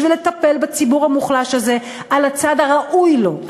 בשביל לטפל בציבור המוחלש הזה על הצד הראוי לו,